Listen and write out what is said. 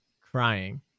crying